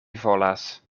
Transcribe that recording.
volas